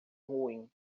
ruim